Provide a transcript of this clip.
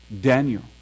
Daniel